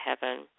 heaven